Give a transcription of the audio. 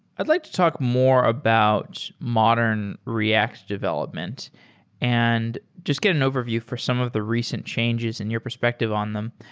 i'd like to talk more about modern react development and just get an overview for some of the recent changes in your perspective on them.